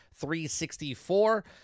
364